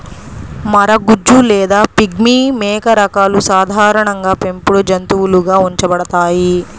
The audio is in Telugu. మరగుజ్జు లేదా పిగ్మీ మేక రకాలు సాధారణంగా పెంపుడు జంతువులుగా ఉంచబడతాయి